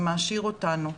זה מעשיר אותנו.